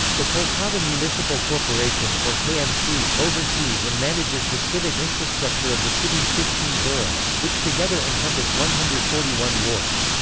the kolkata municipal corporation, or kmc, oversees and manages the civic infrastructure of the city's fifteen boroughs, which together encompass one hundred and forty one wards.